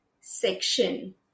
section